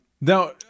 now